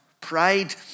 Pride